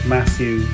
Matthew